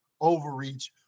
overreach